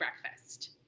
breakfast